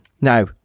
Now